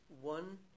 one